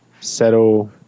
settle